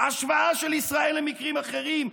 השוואה של ישראל למקרים אחרים,